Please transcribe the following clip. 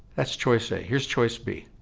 that's choice a, here's choice b